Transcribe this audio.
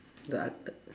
the